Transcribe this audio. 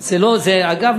אגב,